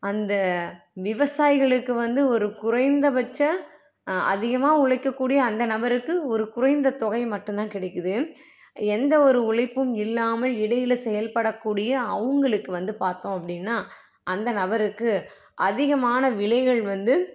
அந்த விவசாயிகளுக்கு வந்து ஒரு குறைந்தபட்ச அதிகமாக உழைக்கக்கூடிய அந்த நபருக்கு ஒரு குறைந்த தொகை மட்டும் தான் கிடைக்குது எந்த ஒரு உழைப்பும் இல்லாமல் இடையில் செயல்படக்கூடிய அவர்களுக்கு வந்து பார்த்தோம் அப்படின்னா அந்த நபருக்கு அதிகமான விலைகள் வந்து